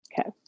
Okay